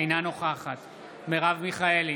אינה נוכחת מרב מיכאלי,